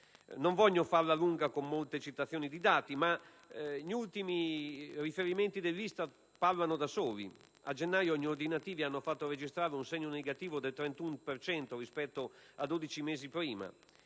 Non voglio farla lunga citando molti dati, ma gli ultimi riferimenti dell'ISTAT parlano da soli. A gennaio, gli ordinativi hanno fatto registrare un segno negativo del 31 per cento rispetto a 12 mesi prima.